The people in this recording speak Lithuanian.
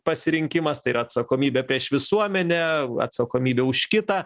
pasirinkimas tai yra atsakomybė prieš visuomenę atsakomybė už kitą